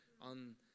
on